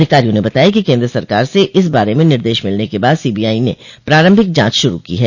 अधिकारियों ने बताया कि केन्द्र सरकार से इस बारे में निर्देश मिलने के बाद सीबीआई ने प्रारंभिक जांच शुरू की है